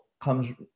comes